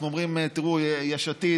אנחנו אומרים: יש עתיד,